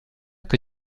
que